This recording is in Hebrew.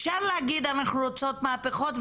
אפשר להגיד אנחנו רוצות מהפכות,